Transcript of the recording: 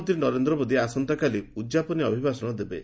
ପ୍ରଧାନମନ୍ତ୍ରୀ ନରେନ୍ଦ୍ର ମୋଦି ଆସନ୍ତାକାଲି ଉଦ୍ଯାପନୀ ଅଭିଭାଷଣ ଦେବେ